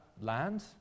land